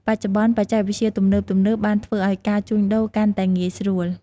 បច្ចុប្បន្ន បច្ចេកវិទ្យាទំនើបៗ បានធ្វើឱ្យការជួញដូរកាន់តែងាយស្រួល។